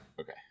Okay